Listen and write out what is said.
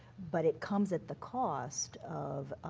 but it comes at the cost of